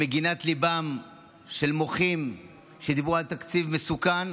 למגינת ליבם של מוחים שדיברו על תקציב מסוכן